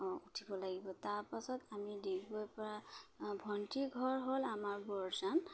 অঁ উঠিব লাগিব তাৰপাছত আমি ডিগবৈপৰা ভণ্টি ঘৰ হ'ল আমাৰ বৰজান